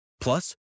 Plus